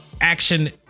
action